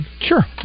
Sure